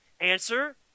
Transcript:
Answer